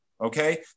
okay